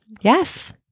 Yes